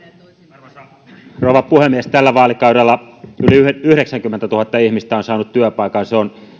arvoisa rouva puhemies tällä vaalikaudella yli yhdeksänkymmentätuhatta ihmistä on saanut työpaikan se on